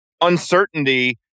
uncertainty